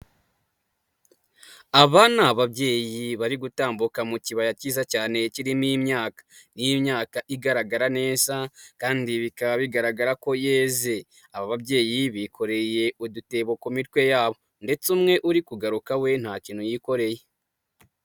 Aba ni ababyeyi bari gutambuka mu kibaya kiza cyane kirimo imyaka, ni imyaka igaragara neza kandi bikaba bigaragara ko yeze. Aba babyeyi bikoreye udutebo ku mitwe yabo ndetse umwe uri kugaruka we nta kintu yikoreye.